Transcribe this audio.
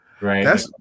Right